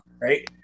right